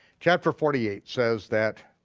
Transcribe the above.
chapter forty eight says that